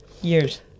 Years